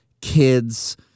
kids